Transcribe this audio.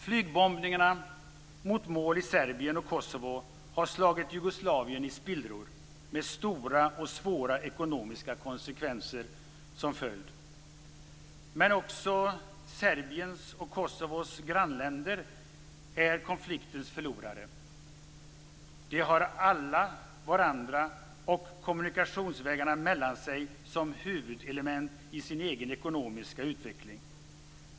Flygbombningarna mot mål i Serbien och Kosovo har slagit Jugoslavien i spillror med stora och svåra ekonomiska konsekvenser som följd. Men också Serbiens och Kosovos grannländer är konfliktens förlorare. De har alla varandra och kommunikationsvägarna mellan sig som huvudelement i sin egen ekonomiska utveckling.